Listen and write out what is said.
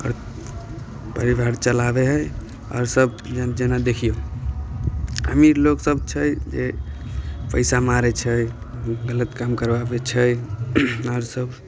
आओर परिवार चलाबै हइ आओर सब जेना देखियौ अमीर लोक सब छै जे पैसा मारै छै गलत काम करबाबै छै आओर सब